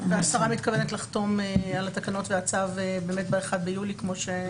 והשרה מתכוונת לחתום על התקנות והצו באמת ב-1 ביולי כמו שסוכם?